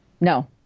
no